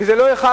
וזה לא אחד,